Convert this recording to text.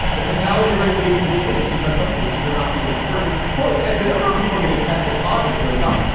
the fatality rate may be inflated because some cases are not being reported, quote, as the number of people getting tested positive goes up.